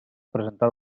presentar